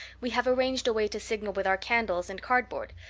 we have arranged a way to signal with our candles and cardboard.